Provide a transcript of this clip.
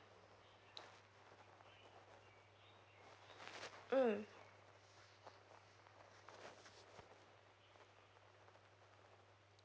mm